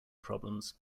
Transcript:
problems